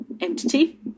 entity